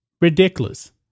Ridiculous